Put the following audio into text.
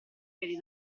piedi